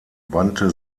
wandte